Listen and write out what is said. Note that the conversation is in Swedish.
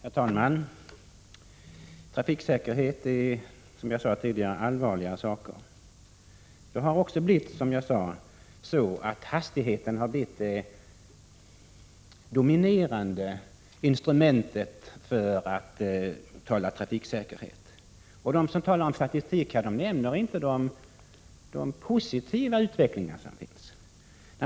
Herr talman! Trafiksäkerhet är, som jag sade tidigare, en allvarlig sak. Som jag redan framhållit har hastigheten blivit det dominerande instrumentet när det gäller trafiksäkerhet. De som talar om statistik nämner inte den i vissa avseenden positiva utvecklingen.